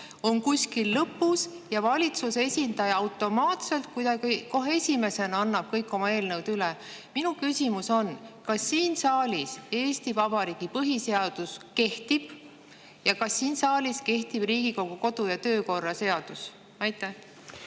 on kuskil lõpus ja valitsuse esindaja kuidagi automaatselt kohe esimesena annab kõik oma eelnõud üle. Minu küsimus on: kas siin saalis Eesti Vabariigi põhiseadus kehtib ja kas siin saalis kehtib Riigikogu kodu‑ ja töökorra seadus?